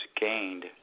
gained